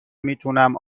میتونم